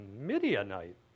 Midianite